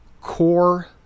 core